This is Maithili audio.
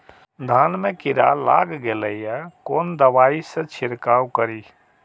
धान में कीरा लाग गेलेय कोन दवाई से छीरकाउ करी?